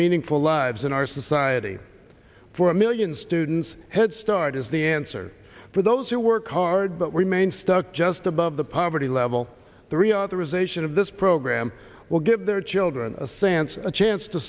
meaningful lives in our society for a million students headstart is the answer for those who work hard but remain stuck just above the poverty level the reauthorization of this program will give their children a sansa a chance to